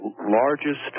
largest